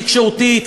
תקשורתית,